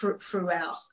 throughout